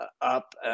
up